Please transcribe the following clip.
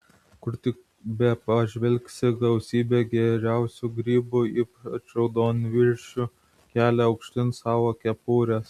kur tik bepažvelgsi gausybė geriausių grybų ypač raudonviršių kelia aukštyn savo kepures